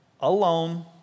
alone